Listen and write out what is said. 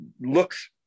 looks